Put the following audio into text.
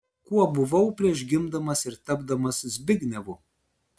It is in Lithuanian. kuo buvau prieš gimdamas ir tapdamas zbignevu